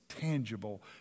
tangible